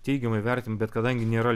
teigiamai vertinta bet kadangi nėra